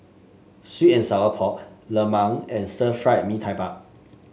sweet and Sour Pork lemang and Stir Fried Mee Tai Mak